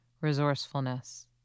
Resourcefulness